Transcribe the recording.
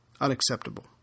unacceptable